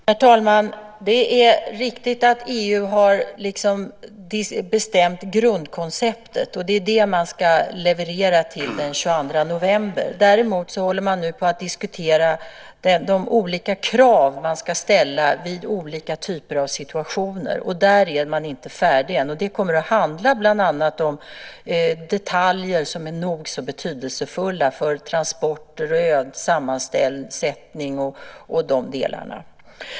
Herr talman! Det är riktigt att EU har bestämt grundkonceptet, och det är detta man ska leverera till den 22 november. Däremot håller man nu på att diskutera de olika krav som ska ställas vid olika typer av situationer, och där är man inte färdig än. Det kommer att handla om detaljer som är nog så betydelsefulla för transporter, sammansättning och de delarna.